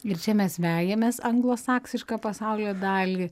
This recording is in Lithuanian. ir čia mes vejamės anglosaksišką pasaulio dalį